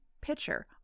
pitcher